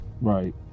Right